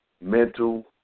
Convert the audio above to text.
mental